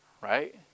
right